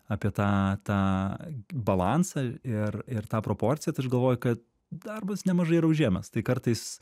apie tą tą balansą ir ir tą proporciją tai aš galvoju kad darbas nemažai yra užėmęs tai kartais